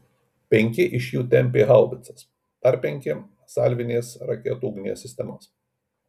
penki iš jų tempė haubicas dar penki salvinės raketų ugnies sistemas